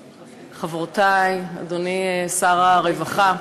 חברותי, אדוני שר הרווחה,